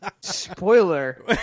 spoiler